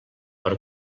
però